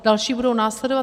Další budou následovat.